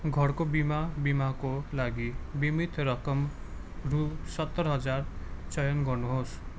घरको बिमा बिमाको लागि बिमित रकम रु सत्तर हजार चयन गर्नु होस्